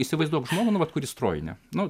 įsivaizduok žmogų nu vat kurį stroini nu